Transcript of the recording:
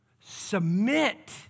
submit